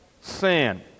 sin